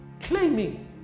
Claiming